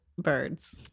birds